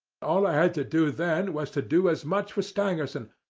all i had to do then was to do as much for stangerson,